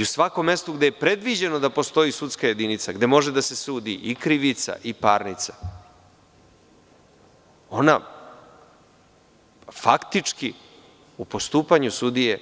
U svakom mestu gde je predviđeno da postoji sudska jedinica, gde može da se sudi i krivica i parnica, ona faktički u postupanju sudije